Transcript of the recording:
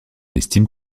estime